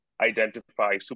identify